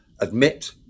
admit